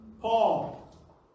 Paul